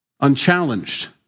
unchallenged